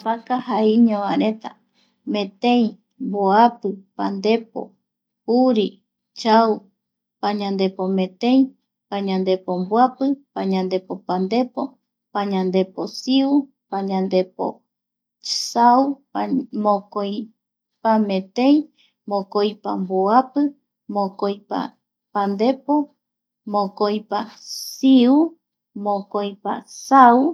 Yaipapa jaiñovaereta metei, mboapi, pandepo juri, chau pañandepo metei, pañandepo mboapi, pañandepo pandepo, pañandepo siu, pañandepo sau, mokoipa metei, mokoipa mboapi, mokoipa pandepo, mokoipa siu, mokoipa sau.